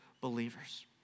believers